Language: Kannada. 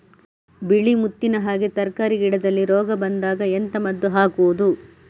ಬಿಳಿ ಮುತ್ತಿನ ಹಾಗೆ ತರ್ಕಾರಿ ಗಿಡದಲ್ಲಿ ರೋಗ ಬಂದಾಗ ಎಂತ ಮದ್ದು ಹಾಕುವುದು?